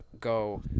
go